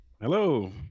Hello